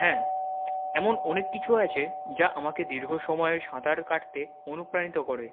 হ্যাঁ এমন কিছু আছে যা আমাকে দীর্ঘ সময় সাঁতার কাটতে অনুপ্রাণিত করে